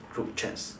group chats